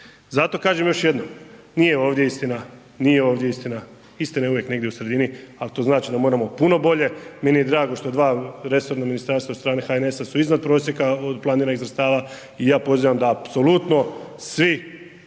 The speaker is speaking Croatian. ovdje istina, nije ovdje istina, istina je uvijek negdje u sredini ali to znači da moramo puno bolje. Meni je drago što dva resorna ministarstva od strane HNS-a su iznad prosjeka od planiranih sredstava i ja pozivam da apsolutno svi